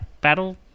battle